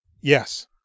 Yes